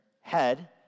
head